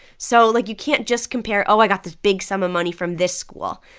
so, like, you can't just compare oh, i got this big sum of money from this school.